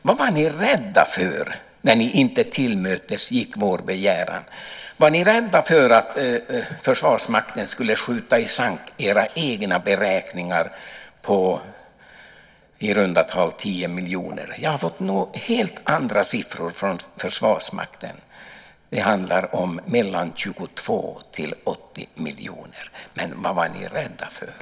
Var ni rädda för att Försvarsmakten skulle skjuta i sank era egna beräkningar på i runda tal 10 miljoner? Jag har fått helt andra siffror från Försvarsmakten. Det handlar om mellan 22 och 80 miljoner. Vad var ni rädda för?